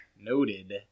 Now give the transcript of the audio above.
Noted